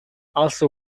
also